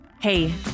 Hey